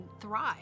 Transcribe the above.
thrive